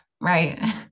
right